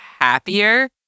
happier